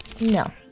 No